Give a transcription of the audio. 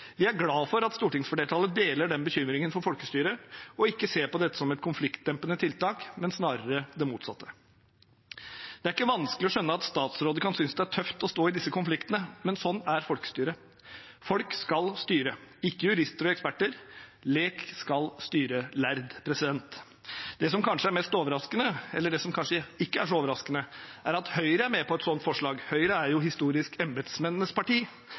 Vi er glade for at stortingsflertallet deler den bekymringen for folkestyret og ikke ser på dette som et konfliktdempende tiltak, men snarere det motsatte. Det er ikke vanskelig å skjønne at statsråder kan synes det er tøft å stå i disse konfliktene, men sånn er folkestyret. Folk skal styre, ikke jurister og eksperter. Lek skal styre lærd. Det som kanskje er mest overraskende – eller kanskje ikke så overraskende – er at Høyre er med på et sånt forslag, Høyre er jo historisk embetsmennenes parti,